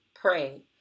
pray